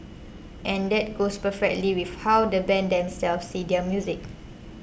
and that goes perfectly with how the band themselves see their music